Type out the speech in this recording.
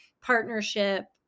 partnership